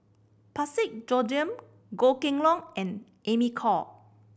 Parsick Joaquim Goh Kheng Long and Amy Khor